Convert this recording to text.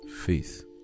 faith